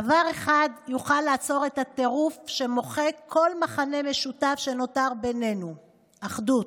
דבר אחד יוכל לעצור את הטירוף שמוחק כל מכנה משותף שנותר בינינו: אחדות.